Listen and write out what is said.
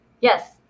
Yes